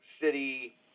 City